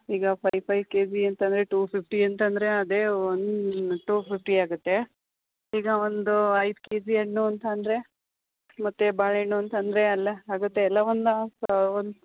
ಈಗ five five KG ಅಂತಂದರೆ two fifty ಎಂತಂದರೆ ಅದೇ ಒನ್ ಟು ಫಿಫ್ಟಿ ಆಗುತ್ತೆ ಈಗ ಒಂದು ಐದು ಕೆಜಿ ಹಣ್ಣು ಅಂತಂದರೆ ಮತ್ತು ಬಾಳೆಹಣ್ಣು ಅಂತಂದರೆ ಎಲ್ಲ ಆಗುತ್ತೆ ಎಲ್ಲ ಒಂದು ನಾಲ್ಕು ಒಂದು